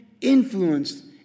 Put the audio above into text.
influenced